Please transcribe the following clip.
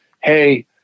Hey